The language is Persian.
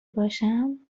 باشم